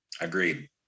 Agreed